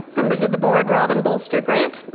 members of the board, robin bolster-grant,